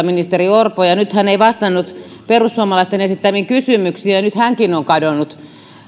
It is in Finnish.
ministeri orpo ja nyt hän ei vastannut perussuomalaisten esittämiin kysymyksiin ja nyt hänkin on kadonnut